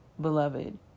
beloved